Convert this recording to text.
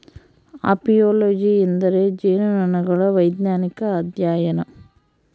apiology ಎಂದರೆ ಜೇನುನೊಣಗಳ ವೈಜ್ಞಾನಿಕ ಅಧ್ಯಯನ